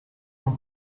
non